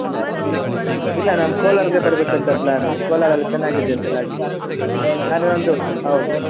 ಇಲ್ಲ ಇಲ್ಲ ನಾನು ಕೋಲಾರಿಗೆ ಬರಬೇಕಂತ ಪ್ಲ್ಯಾನು ಕೋಲಾರಲ್ಲಿ ಚೆನ್ನಾಗಿದ್ಯಂತೆ ರಾಗಿ ನಾನು ಒಂದು ಹೌದು